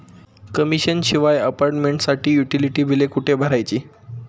Commission शिवाय अपार्टमेंटसाठी utility बिले कुठे भरायची?